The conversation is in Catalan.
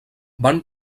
van